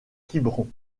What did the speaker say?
quiberon